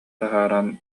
таһааран